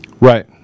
Right